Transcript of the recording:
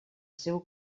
seu